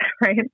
Right